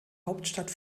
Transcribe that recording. hauptstadt